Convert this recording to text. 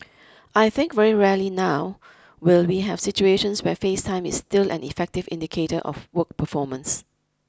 I think very rarely now will we have situations where face time is still an effective indicator of work performance